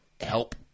help